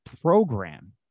program